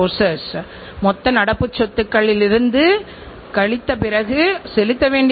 பொருட்களுடைய மிகச் சிறந்த தரம் மற்றும் மிகச் சிறந்த செயல்திறன்